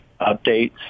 updates